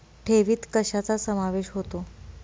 ठेवीत कशाचा समावेश होतो?